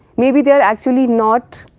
maybe they are actually not